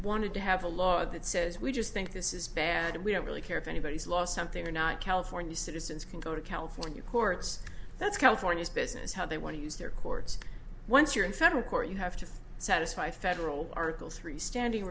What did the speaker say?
wanted to have a law that says we just think this is bad we don't really care if anybody's lost something or not california citizens can go to california courts that's california's business how they want to use their courts once you're in federal court you have to satisfy federal article three standing